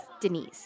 Denise